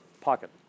pocket